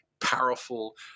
powerful